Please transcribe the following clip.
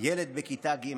ילד בכיתה ג'